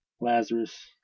lazarus